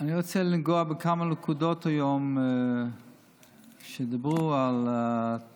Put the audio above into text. אני רוצה לנגוע בכמה נקודות שדיברו עליהן היום,